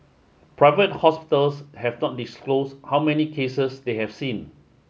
private hospitals have not disclosed how many cases they have seen